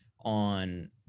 on